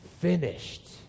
finished